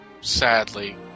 sadly